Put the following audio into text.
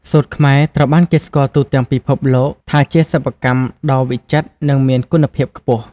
សូត្រខ្មែរ ត្រូវបានគេស្គាល់ទូទាំងពិភពលោកថាជាសិប្បកម្មដ៏វិចិត្រ និងមានគុណភាពខ្ពស់។